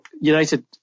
United